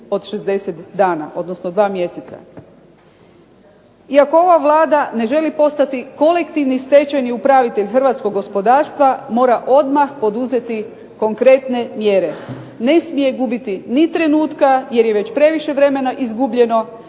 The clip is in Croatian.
od 60 dana odnosno dva mjeseca. I ako ova Vlada ne želi postati kolektivni stečajni upravitelj hrvatskog gospodarstva mora odmah poduzeti konkretne mjere. Ne smije gubiti ni trenutka jer je već previše vremena izgubljeno